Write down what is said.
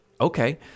Okay